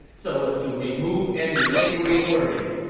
so as to remove any lingering worries.